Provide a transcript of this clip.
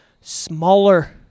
Smaller